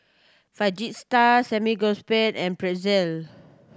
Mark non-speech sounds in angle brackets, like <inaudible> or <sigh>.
Fajitas <unintelligible> and Pretzel